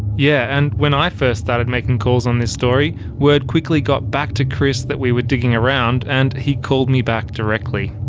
yeah, and when i first started making calls on this story. word quickly got back to chris that we were digging around, and he called me back directly.